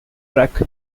track